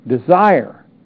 desire